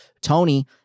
Tony